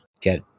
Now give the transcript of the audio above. get